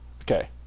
Okay